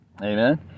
Amen